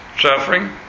Suffering